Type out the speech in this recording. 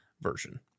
version